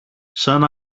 σαν